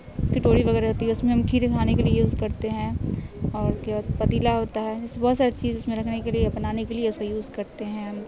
کٹوری وغیرہ ہوتی ہے اس میں ہم کھیر کھانے کے لیے یوز کرتے ہیں اور اس کے بعد پتیلا ہوتا ہے اس میں بہت ساری چیز اس میں رکھنے کے لیے بنانے کے لیے اسے یوز کرتے ہیں ہم